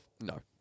No